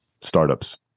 startups